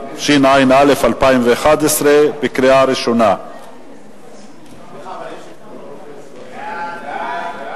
התשע"א 2011. אני מבקש להוסיף את הצבעתי.